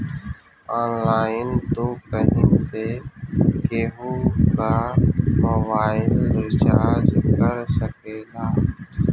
online तू कहीं से केहू कअ मोबाइल रिचार्ज कर सकेला